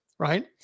right